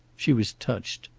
she was touched.